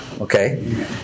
Okay